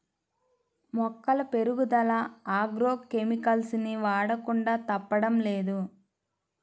మొక్కల పెరుగుదల agrochemicals ని వాడకుండా తప్పడం లేదు